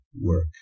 work